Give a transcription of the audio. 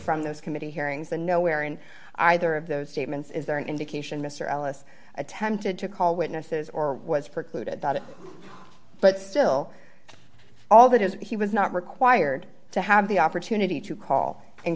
from those committee hearings and nowhere in either of those statements is there an indication mr ellis attempted to call witnesses or was precluded that it but still all that is he was not required to have the opportunity to call and